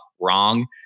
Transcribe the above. wrong